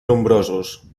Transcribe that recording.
nombrosos